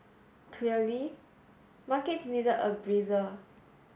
clearly markets needed a breather